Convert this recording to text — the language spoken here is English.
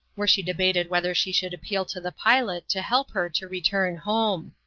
where she debated whether she should appeal to the pilot to help her to return home.